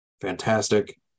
Fantastic